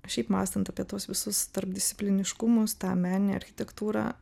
šiaip mąstant apie tuos visus tarpdiscipliniškumus tą meninę architektūrą